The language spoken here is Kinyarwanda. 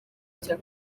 cya